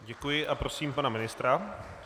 Děkuji a prosím pana ministra.